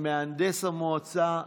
עם מהנדס המועצה,